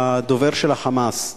הדובר של ה"חמאס",